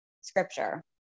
scripture